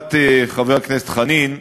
לטובת חבר הכנסת חנין,